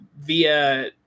via